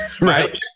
right